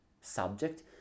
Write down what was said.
subject